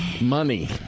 Money